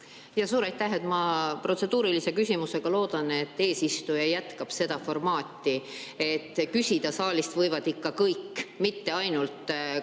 Suur aitäh! Ma protseduurilise küsimusega loodan, et eesistuja jätkab seda formaati, et küsida saalist võivad ikka kõik, mitte ainult